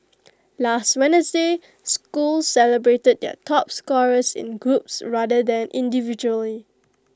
last Wednesday schools celebrated their top scorers in groups rather than individually